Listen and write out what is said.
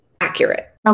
accurate